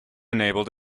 enabled